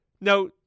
Now